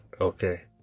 Okay